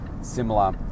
similar